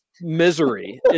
misery